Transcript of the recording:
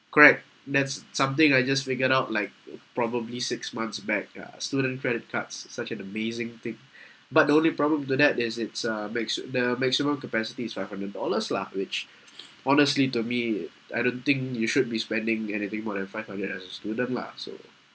correct that's something I just figured out like ugh probably six months back ah student credit cards such an amazing thing but the only problem to that is its uh maxi~ the maximum capacity is five hundred dollars lah which honestly to me ah I don't think you should be spending anything more than five hundred as a student lah so